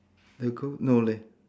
the girl no leh